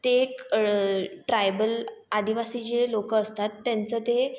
ते एक ळ ट्रायबल आदिवासी जे लोकं असतात त्यांचं ते